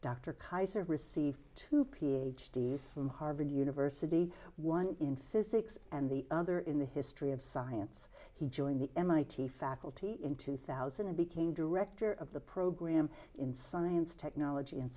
dr keyser received two ph d s from harvard university one in physics and the other in the history of science he joined the mit faculty in two thousand and became director of the program in science technology and